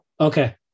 Okay